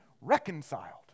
reconciled